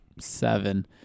seven